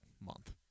month